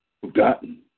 forgotten